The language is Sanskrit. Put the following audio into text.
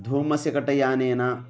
धूमशकटयानेन